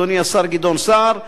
אדוני השר גדעון סער,